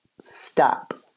stop